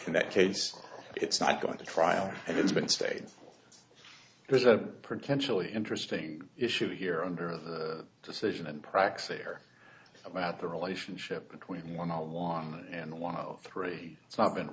in that case it's not going to trial and it's been stated there's a potential interesting issue here under the decision and praxair about the relationship between one along and one of three it's not been